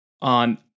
on